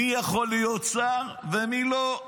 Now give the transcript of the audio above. מי יכול להיות שר ומי לא.